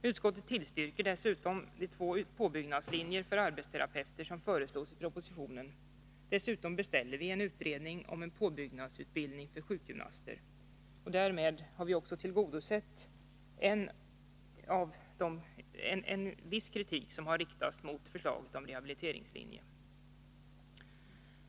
Utskottet tillstyrker vidare de två påbyggnadslinjer för arbetsterapeuter som föreslås i propositionen. Dessutom beställer vi en utredning om påbyggnadsutbildning för sjukgymnaster. Därmed har vi tillgodosett en kritisk synpunkt som riktats mot förslaget om rehabiliteringslinjen.